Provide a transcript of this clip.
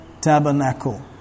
tabernacle